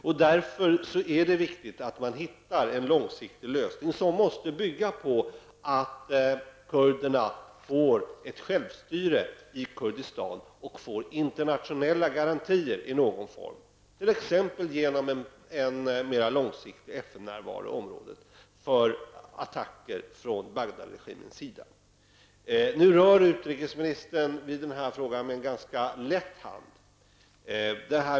Det är därför viktigt att man hittar en långsiktig lösning, som måste bygga på att kurderna får ett självstyre i Kurdistan och internationella garantier i någon form, t.ex. genom en mer långsiktig FN-närvaro i området, mot attacker från Bagdadregimens sida. Utrikesministern rör vid den här frågan med ganska lätt hand.